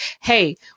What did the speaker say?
Hey